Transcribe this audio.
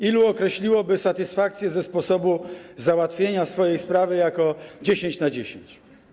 Ilu określiłoby satysfakcję ze sposobu załatwienia swojej sprawy jako 10 na 10.